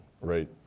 right